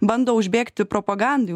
bando užbėgti propagandai